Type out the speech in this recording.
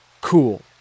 cool